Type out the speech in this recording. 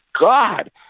God